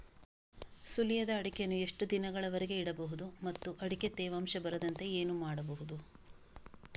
ಸುಲಿಯದ ಅಡಿಕೆಯನ್ನು ಎಷ್ಟು ದಿನಗಳವರೆಗೆ ಇಡಬಹುದು ಮತ್ತು ಅಡಿಕೆಗೆ ತೇವಾಂಶ ಬರದಂತೆ ಏನು ಮಾಡಬಹುದು?